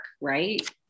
right